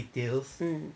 um